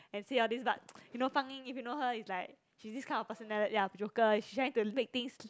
and say all this but you know fang ying if you know her is like she's this kind of persona~ ya joker she trying to make things